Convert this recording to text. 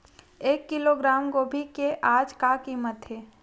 एक किलोग्राम गोभी के आज का कीमत हे?